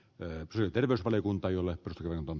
petri terveysvaliokunta jolle on